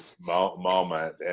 moment